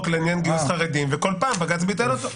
לעניין גיוס חרדים וכל פעם בג"צ ביטל אותו,